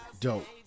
Dope